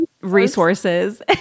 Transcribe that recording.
resources